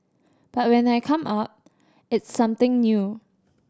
but when I come up it's something new